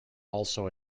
also